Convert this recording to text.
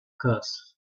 curse